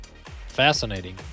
fascinating